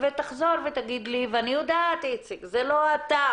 ותחזור ותגיד לי, ואני יודעת איציק, זה לא אתה.